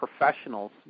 professionals